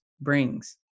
brings